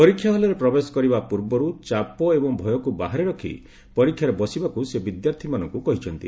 ପରୀକ୍ଷା ହଲ୍ରେ ପ୍ରବେଶ କରିବା ପୂର୍ବରୁ ଚାପ ଏବଂ ଭୟକ୍ତ ବାହାରେ ରଖି ପରୀକ୍ଷାରେ ବସିବାକ୍ତ ସେ ବିଦ୍ୟାର୍ଥୀମାନଙ୍କ କହିଛନ୍ତି